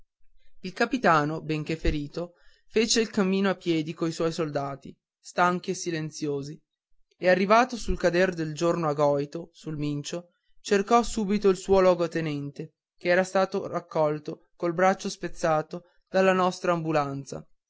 il capitano benché ferito fece il cammino a piedi coi suoi soldati stanchi e silenziosi e arrivato sul cader del giorno a goito sul mincio cercò subito del suo luogotenente che era stato raccolto col braccio spezzato dalla nostra ambulanza